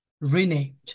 renamed